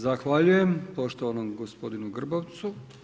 Zahvaljujem poštovanom gospodinu Grbavcu.